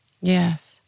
Yes